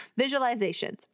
Visualizations